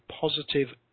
positive